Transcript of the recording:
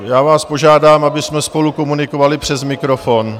Já vás požádám, abychom spolu komunikovali přes mikrofon.